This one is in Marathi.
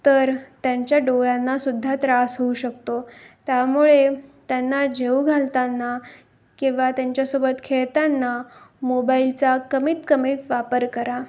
तर त्यांच्या डोळ्यांनासुद्धा त्रास होऊ शकतो त्यामुळे त्यांना जेवू घालताना किंवा त्यांच्यासोबत खेळताना मोबाईलचा कमीत कमीत वापर करा